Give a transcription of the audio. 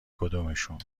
کدومشون